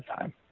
time